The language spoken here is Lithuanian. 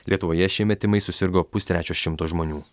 lietuvoje šiemet tymais susirgo pustrečio šimto žmonių